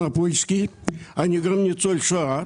אני גם ניצול שואה.